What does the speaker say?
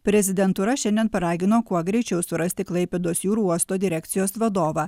prezidentūra šiandien paragino kuo greičiau surasti klaipėdos jūrų uosto direkcijos vadovą